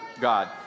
God